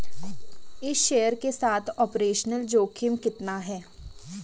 इस शेयर के साथ ऑपरेशनल जोखिम कितना है?